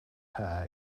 hair